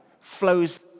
flows